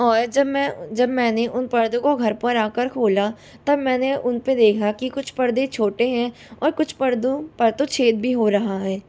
और जब मैं जब मैंने उन पर्दों को घर पर आकर खोला तब मैंने उन पर देखा के कुछ पर्दे छोटे हैं और कुछ पर्दों पर तो छेद भी हो रहा है